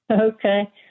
Okay